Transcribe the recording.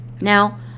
Now